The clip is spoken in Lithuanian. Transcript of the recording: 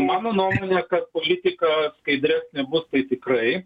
mano nuomone kad politika skaidresnė bus tai tikrai